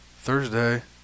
thursday